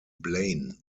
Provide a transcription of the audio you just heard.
blaine